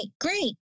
Great